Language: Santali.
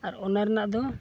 ᱟᱨ ᱚᱱᱟ ᱨᱮᱱᱟᱜ ᱫᱚ